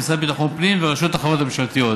המשרד לביטחון פנים ורשות החברות הממשלתיות.